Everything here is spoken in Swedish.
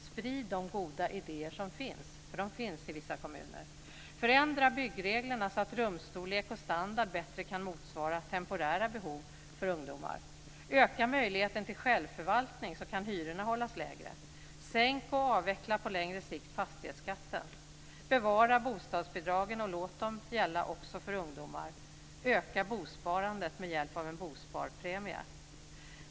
Sprid de goda idéer som finns, för de finns i vissa kommuner. - Förändra byggreglerna så att rumsstorlek och standard bättre kan motsvara temporära behov för ungdomar. - Öka möjligheten till självförvaltning, så kan hyrorna hållas lägre. - Sänk och avveckla på längre sikt fastighetsskatten. - Bevara bostadsbidragen och låt dem gälla också för ungdomar. - Öka bosparandet med hjälp av en bosparpremie.